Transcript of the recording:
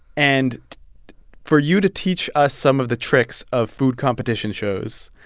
and for you to teach us some of the tricks of food competition shows